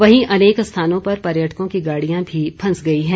वहीं अनेक स्थानों पर पर्यटकों की गाड़ियां भी फंस गई है